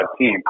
team